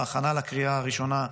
בהכנה לקריאה הראשונה,